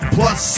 Plus